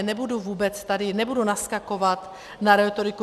Nebudu vůbec tady naskakovat na rétoriku.